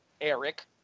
Eric